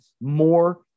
more